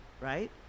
right